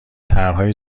طرحهای